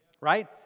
Right